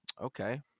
Okay